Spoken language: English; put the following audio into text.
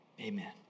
Amen